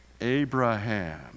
Abraham